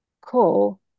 cool